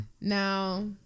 Now